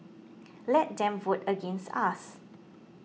let them vote against us